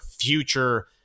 future